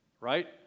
right